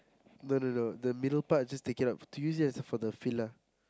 no no no the middle just take it out to use it as for the filler